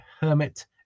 hermit